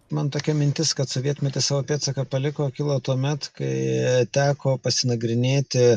man tokia mintis kad sovietmetis savo pėdsaką paliko kilo tuomet kai teko pasinagrinėti